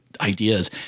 ideas